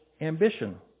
ambition